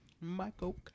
Michael